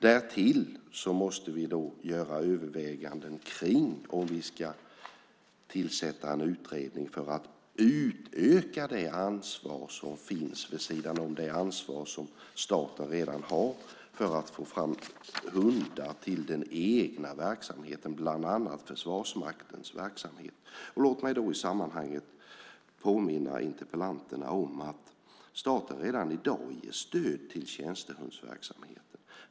Därtill måste vi göra överväganden huruvida vi ska tillsätta en utredning för att utöka det ansvar som finns vid sidan av det ansvar som staten redan har för att få fram hundar till den egna verksamheten, bland annat Försvarsmaktens verksamhet. Låt mig då i sammanhanget påminna interpellanterna om att staten redan i dag ger stöd till tjänstehundsverksamheten.